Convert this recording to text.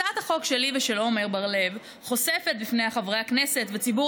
הצעת החוק שלי ושל עמר בר-לב חושפת בפני חברי הכנסת וציבור